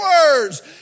words